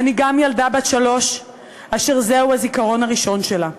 אני גם ילדה בת שלוש אשר זהו הזיכרון הראשון שלה.